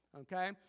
Okay